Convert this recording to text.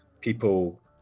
people